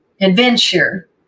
adventure